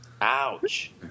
Ouch